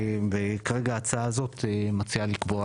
וכרגע ההצעה הזאת מציעה לקבוע